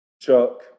Chuck